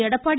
Edappadi